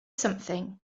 something